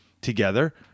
together